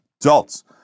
adults